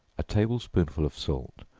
a table-spoonful of salt,